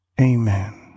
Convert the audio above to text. Amen